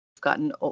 gotten